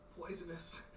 poisonous